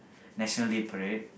National-Day-Parade